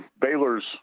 Baylor's